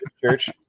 church